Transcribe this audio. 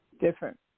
different